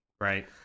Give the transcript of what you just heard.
right